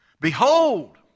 Behold